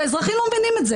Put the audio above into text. אזרחים לא מבינים את זה.